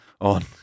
on